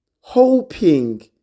hoping